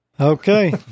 Okay